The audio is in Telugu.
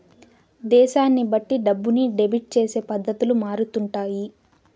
దేశాన్ని బట్టి డబ్బుని డెబిట్ చేసే పద్ధతులు మారుతుంటాయి